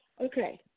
Okay